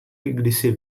kdysi